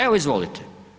Evo, izvolite.